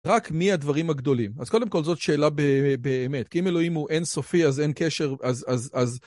רק מי הדברים הגדולים? אז קודם כל זאת שאלה באמת, כי אם אלוהים הוא אין סופי אז אין קשר, אז אז אז...